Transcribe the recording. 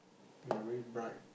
you're very bright